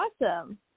awesome